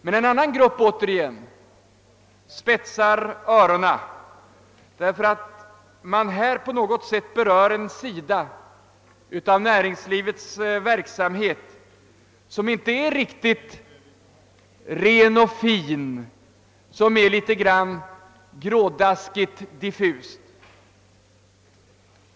En annan grupp återigen spetsar öronen därför att man här på något sätt berör en sida av näringslivets verksamhet, som inte är riktigt ren och fin, som är litet grådaskigt diffus.